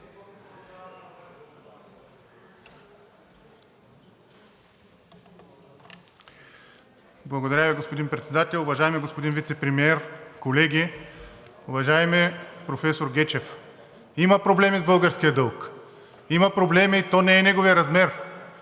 Благодаря Ви, господин Председател. Уважаеми господин Вицепремиер, колеги! Уважаеми професор Гечев, има проблеми с българския дълг, има проблеми и то не е неговият размер,